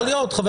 יכול להיות.